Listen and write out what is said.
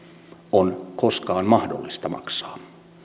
on koskaan mahdollista maksaa